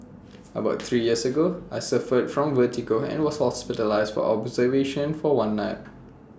about three years ago I suffered from vertigo and was hospitalised for observation for one night